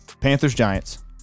Panthers-Giants